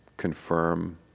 confirm